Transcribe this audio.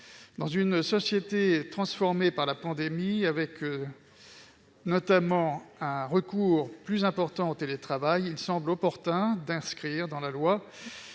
dans une société transformée par la pandémie avec notamment un recours plus important au télétravail, il semble opportun d'inscrire dans la loi